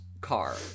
car